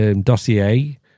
dossier